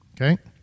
Okay